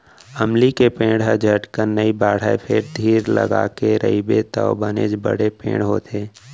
अमली के पेड़ हर झटकन नइ बाढ़य फेर धीर लगाके रइबे तौ बनेच बड़े पेड़ होथे